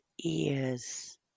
ears